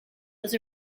was